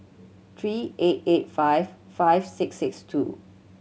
three eight eight five five six six two